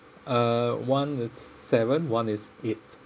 uh one is seven one is eight